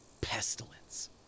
Pestilence